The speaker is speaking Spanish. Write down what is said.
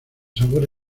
sabor